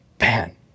Man